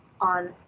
on